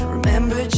Remember